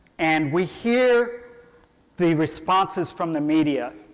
and we hear the responses from the media.